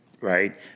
right